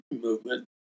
movement